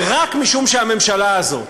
ורק משום שהממשלה הזאת